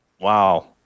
Wow